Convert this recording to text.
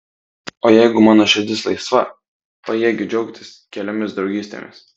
o jeigu mano širdis laisva pajėgiu džiaugtis keliomis draugystėmis